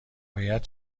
باید